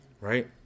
right